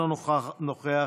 אינו נוכח,